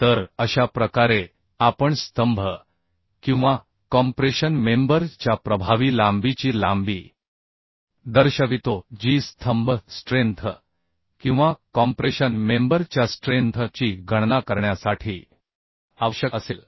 तर अशा प्रकारे आपण स्तंभ किंवा कॉम्प्रेशन मेंबर च्या प्रभावी लांबीची लांबी दर्शवितो जी स्थम्ब स्ट्रेंथ किंवा कॉम्प्रेशन मेंबर च्या स्ट्रेंथ ची गणना करण्यासाठी आवश्यक असेल